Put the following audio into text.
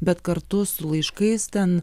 bet kartu su laiškais ten